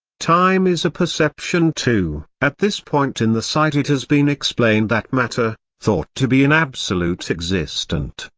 time is a perception too at this point in the site it has been explained that matter, thought to be an absolute existent,